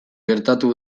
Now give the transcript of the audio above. gertatu